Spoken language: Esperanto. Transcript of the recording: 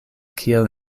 kiel